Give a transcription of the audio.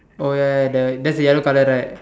oh ya ya the that's the yellow color right